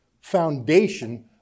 foundation